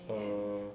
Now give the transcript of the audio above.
err